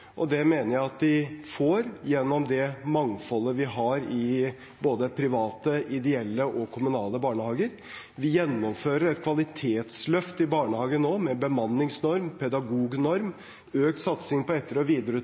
Det mener jeg at de får gjennom det mangfoldet vi har i både private, ideelle og kommunale barnehager. Vi gjennomfører et kvalitetsløft i barnehagen nå med bemanningsnorm, pedagognorm og økt satsing på etter- og